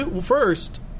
First